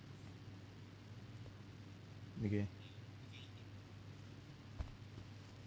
okay